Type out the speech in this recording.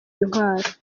intwaro